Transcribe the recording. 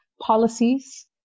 policies